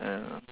ah